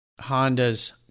Honda's